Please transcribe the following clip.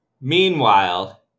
meanwhile